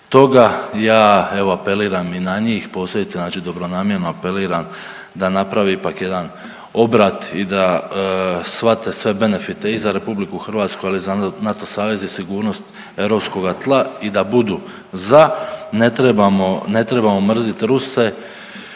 toga ja evo apeliram i na njih, posebice znači dobronamjerno apeliram da napravi ipak jedan obrat i da shvate sve benefite i za RH, ali i za NATO savez i sigurnost europskoga tla i da budu za. Ne trebamo, ne